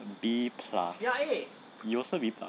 B plus you also B plus